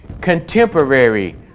contemporary